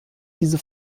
diese